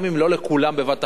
גם אם לא לכולם בבת-אחת,